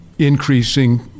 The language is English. increasing